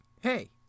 hey